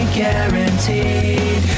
guaranteed